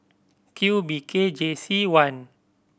Q B K J C one